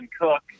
Cook